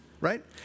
right